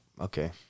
okay